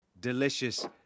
Delicious